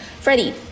Freddie